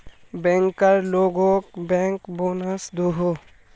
banker लोगोक bank bonus दोहों